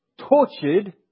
tortured